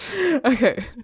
Okay